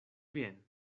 bien